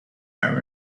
are